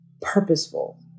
purposeful